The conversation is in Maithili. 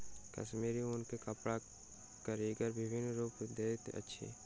कश्मीरी ऊन के कपड़ा के कारीगर विभिन्न रूप दैत अछि